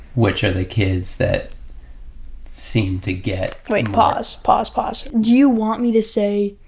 which are the kids that seem to get wait? pause, pause, pause. do you want me to say,